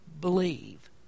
believe